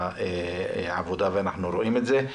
בתאונות העבודה ואנחנו רואים את זה.